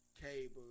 cable